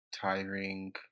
tiring